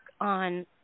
on